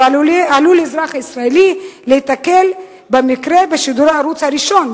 האזרח הישראלי עלול להיתקל במקרה בשידורי הערוץ הראשון,